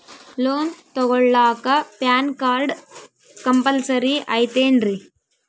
Loan ತೊಗೊಳ್ಳಾಕ PAN card compulsory ಐಯ್ತೇನ್ರಿ?